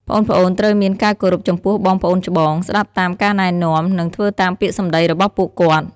ប្អូនៗត្រូវមានការគោរពចំពោះបងប្អូនច្បង ស្ដាប់តាមការណែនាំ និងធ្វើតាមពាក្យសម្ដីរបស់ពួកគាត់។